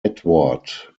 edward